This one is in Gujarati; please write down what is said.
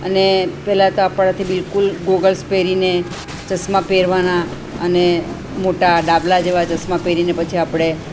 અને પહેલાં તો આપણાથી બિલ્કુલ ગોગલ્સ પહેરીને ચશ્મા પહેરવાના અને મોટા ડાબલા જેવા ચશ્મા પહેરીને પછી આપણે